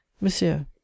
monsieur